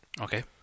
Okay